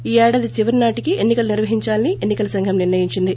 ఈ ఏడాది చివరి నాటికి ఎన్ని కలు నిర్వహిందాలని ఎన్ని కల సంఘం నిర్ణయించింది